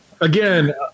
Again